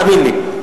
תאמין לי.